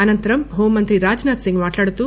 అనంతరం హోం మంత్రి రాజ్ నాధ్ సింగ్ మాట్లాడుతూ